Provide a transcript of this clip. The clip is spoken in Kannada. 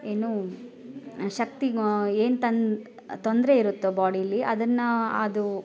ಏನು ಶಕ್ತಿಗೆ ಏನು ತನ್ನ ತೊಂದರೆ ಇರುತ್ತೋ ಬಾಡಿಯಲ್ಲಿ ಅದನ್ನ ಅದು